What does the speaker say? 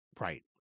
right